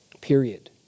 Period